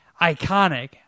iconic